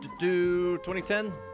2010